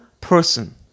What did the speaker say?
person